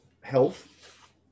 health